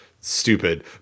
stupid